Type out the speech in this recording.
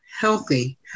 healthy